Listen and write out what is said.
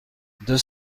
deux